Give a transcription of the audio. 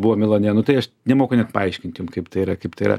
buvom milane nu tai aš nemoku net paaiškint jum kaip tai yra kaip tai yra